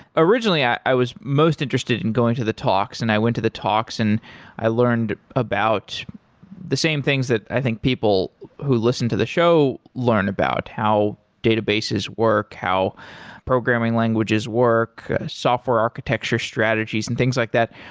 originally i i was most interested in going to the talks, and i went to the talks and i learned about the same things that i think people who listen to the show learn about. how databases work. how programming languages work. software architecture strategies and things like that.